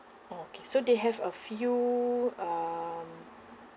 orh okay so they have a few um